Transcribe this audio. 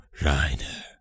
Reiner